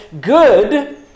good